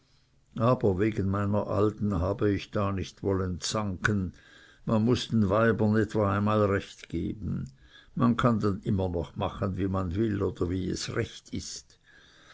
aber wegen meiner alten habe ich da nicht wollen zanken man muß den weibern etwa einmal recht geben man kann dann immer noch machen wie man will oder wie es recht ist